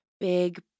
big